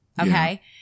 Okay